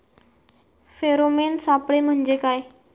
Pheromone सापळे म्हंजे काय?